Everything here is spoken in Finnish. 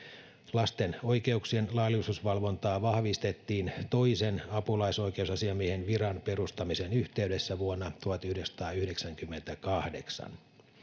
lasten oikeuksien laillisuusvalvontaa vahvistettiin toisen apulaisoikeusasiamiehen viran perustamisen yhteydessä vuonna tuhatyhdeksänsataayhdeksänkymmentäkahdeksan